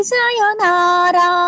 Sayonara